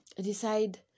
decide